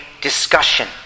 discussion